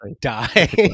die